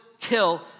kill